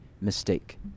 mistake